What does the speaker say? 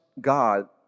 God